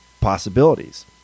possibilities